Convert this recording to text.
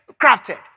crafted